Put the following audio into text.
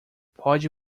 pode